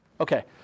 Okay